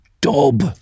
Dub